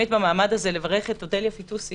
במעמד הזה אני רוצה לברך את אודלי-ה פיטוסי